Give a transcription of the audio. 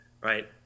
right